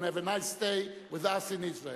and have a nice stay with us in Israel.